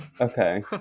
Okay